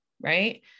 right